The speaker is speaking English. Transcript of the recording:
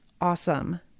awesome